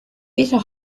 better